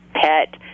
pet